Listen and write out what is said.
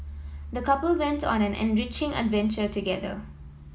the couple went on an enriching adventure together